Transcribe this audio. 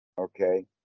okay